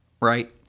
Right